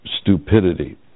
stupidity